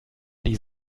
die